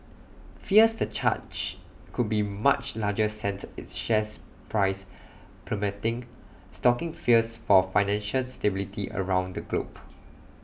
fears the charge could be much larger sent its share price plummeting stoking fears for financial stability around the globe